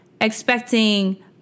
expecting